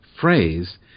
phrase